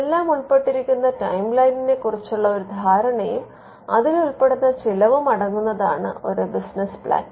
ഇതെല്ലം ഉൾപ്പെട്ടിരിക്കുന്ന ടൈംലൈനിനെക്കുറിച്ചുള്ള ഒരു ധാരണയും അതിൽ ഉൾപ്പെടുന്ന ചെലവും അടങ്ങുന്നതാണ് ഒരു ബിസിനസ് പ്ലാൻ